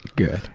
good.